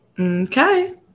Okay